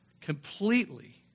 completely